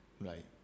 Right